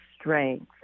strength